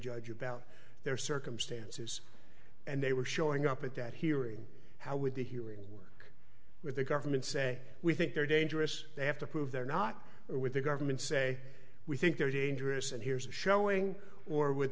judge about their circumstances and they were showing up at that hearing how would the hearing with the government say we think they're dangerous they have to prove they're not with the government say we think they're dangerous and here's a showing or w